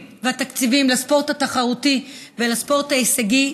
והתקציבים לספורט התחרותי ולספורט ההישגי,